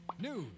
news